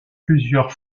plusieurs